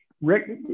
Rick